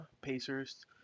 Pacers